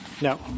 No